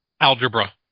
algebra